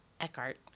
Eckhart